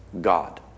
God